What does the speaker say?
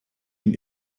ihn